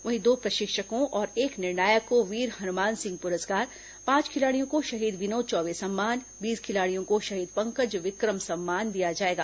वहीं दो प्रशिक्षकों और एक निर्णायक को वीर हनुमान सिंह पुरस्कार पांच खिलाड़ियों को शहीद विनोद चौबे सम्मान बीस खिलाड़ियों को शहीद पंकज विक्रम सम्मान दिया जाएगा